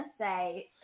say